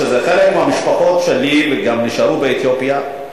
כשחלק מהמשפחות שלי גם נשארו באתיופיה,